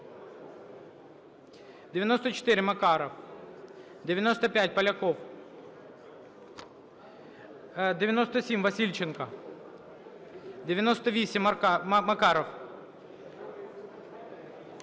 94, Макаров. 95, Поляков. 97, Васильченко. 98, Макаров.